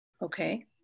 Okay